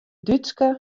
dútske